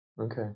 okay